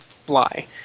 fly